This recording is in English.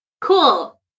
cool